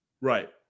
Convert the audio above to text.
Right